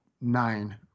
nine